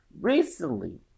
recently